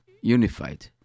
unified